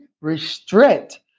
restrict